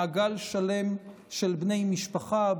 מעגל שלם של בני משפחה,